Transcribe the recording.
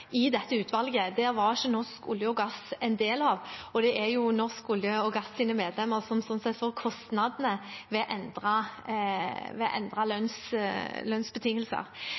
dette utvalget. Det var ikke Norsk olje og gass en del av, og det er jo medlemmene til Norsk olje og gass som stort sett får kostnadene ved